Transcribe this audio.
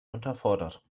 unterfordert